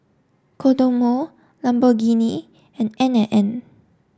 Kodomo Lamborghini and N and N